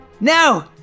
No